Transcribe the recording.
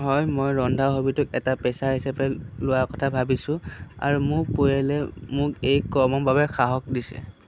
হয় মই ৰন্ধা হবিটোক এটা পেচা হিচাপে লোৱাৰ কথা ভাবিছোঁ আৰু মোৰ পৰিয়ালে মোক এই কৰ্মৰ বাবে সাহস দিছে